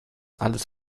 alles